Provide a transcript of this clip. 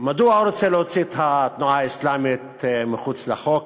מדוע הוא רוצה להוציא את התנועה האסלאמית מחוץ לחוק?